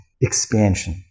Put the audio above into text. expansion